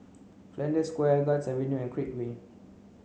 Flanders Square Guards Avenue and Create Way